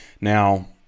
Now